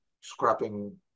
scrapping